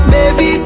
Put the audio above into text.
Baby